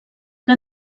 que